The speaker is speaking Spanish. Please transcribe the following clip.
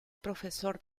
profesor